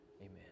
Amen